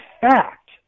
fact